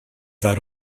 that